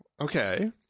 okay